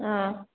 ꯑꯥ